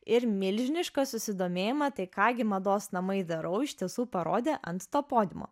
ir milžinišką susidomėjimą tai ką gi mados namai darou iš tiesų parodė ant to podiumo